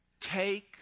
Take